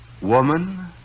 Woman